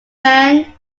man